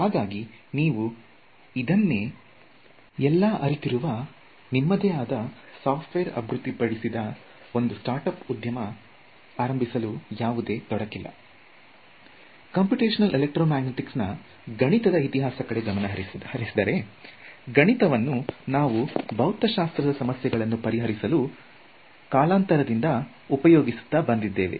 ಹಾಗಾಗಿ ನೀವು ಇದನ್ನೆಲ್ಲ ಅರಿತಿರುವ ನಿಮ್ಮದೇ ಆದ ಸಾಫ್ಟ್ ವೇರ್ ಅಭಿವೃದ್ಧಿಪಡಿಸಿದ ಒಂದು ಸ್ಟಾರ್ಟ್ ಅಪ್ ಉದ್ಯಮ ಕಂಪ್ಯೂಟಿಷನಲ್ ಎಲೆಕ್ಟ್ರೋಮ್ಯಾಗ್ನೆಟಿಕ್ಸ್ ನಾ ಗಣಿತದ ಇತಿಹಾಸದ ಕಡೆ ಗಮನ ಹರಿಸಿದರೆ ಗಣಿತವನ್ನು ನಾವು ಭೌತಶಾಸ್ತ್ರ ದ ಸಮಸ್ಯೆಗಳನ್ನು ಪರಿಹರಿಸಲು ಕಾಲಂತರದಿಂದ ಉಪಯೋಗಿಸುತ್ತ ಬಂದಿದ್ದೇವೆ